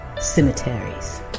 cemeteries